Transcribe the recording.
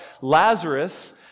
Lazarus